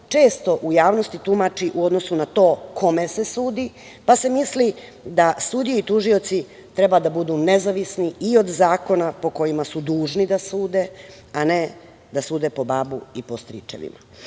često u javnosti tumači u odnosu na to kome se sudi, pa se misli da sudije i tužioci treba da budu nezavisni i od zakona po kojima su dužni da sude, a ne da sude po babu i po stričevima. Republičko